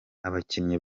abakinnyi